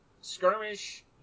skirmish